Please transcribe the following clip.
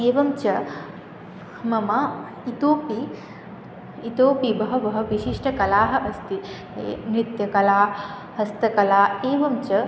एवं च मम इतोऽपि इतोऽपि बह्व्यः विशिष्टकलाः अस्ति नित्यकला हस्तकला एवं च